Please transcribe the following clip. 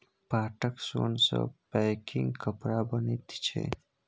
पाटक सोन सँ पैकिंग कपड़ा बनैत छै